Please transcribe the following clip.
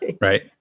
Right